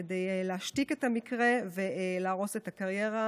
כדי להשתיק את המקרה ולהרוס את הקריירה